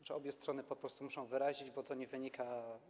Obie strony po prostu muszą wyrazić... bo to nie wynika.